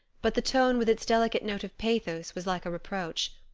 but the tone with its delicate note of pathos was like a reproach.